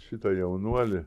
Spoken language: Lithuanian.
šitą jaunuolį